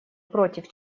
против